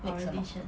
next 什么